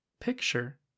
Picture